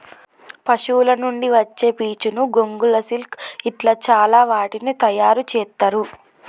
పశువుల నుండి వచ్చే పీచును గొంగళ్ళు సిల్క్ ఇట్లా చాల వాటిని తయారు చెత్తారు